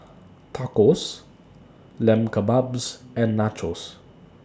Tacos Lamb Kebabs and Nachos